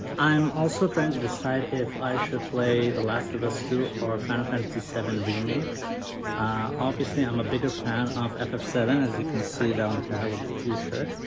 i'm also trying to decide if i should play the last of us two or final fantasy seven remake obviously i'm a bigger fan of f f seven as you can see down here with the t-shirt,